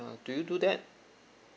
ya do you do that